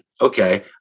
okay